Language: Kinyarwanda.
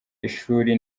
ishuri